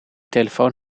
telefoon